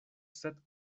sed